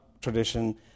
tradition